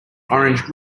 orange